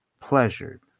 Pleasured